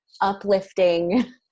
uplifting